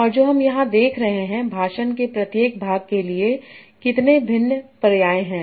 और जो हम यहां देख रहे हैं भाषण के प्रत्येक भाग के लिए कितने भिन्न पर्याय हैं